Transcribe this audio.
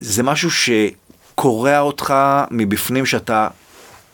זה משהו שקורע אותך מבפנים שאתה...